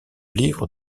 livre